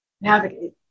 navigate